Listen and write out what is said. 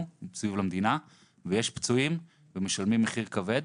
מסביב למדינה ויש פצועים שמשלמים מחיר כבד,